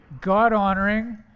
God-honoring